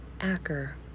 Acker